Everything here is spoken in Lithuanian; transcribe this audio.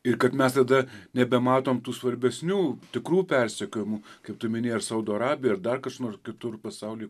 ir kad mes tada nebematom tų svarbesnių tikrų persekiojimų kaip tu minėjai ar saudo arabijoj ar dar kaš nor kitur pasauly